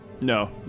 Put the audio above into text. No